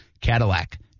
Cadillac